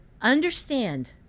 Understand